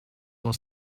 was